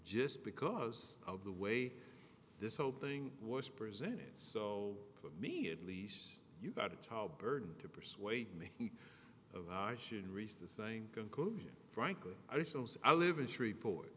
just because of the way this whole thing was presented so to me at least you got a child bird to persuade me of how i should reach the same conclusion frankly i suppose i live in shreveport